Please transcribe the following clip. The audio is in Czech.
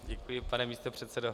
Děkuji, pane místopředsedo.